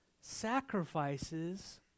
sacrifices